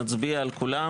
נצביע על כולן.